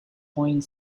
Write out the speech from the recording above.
point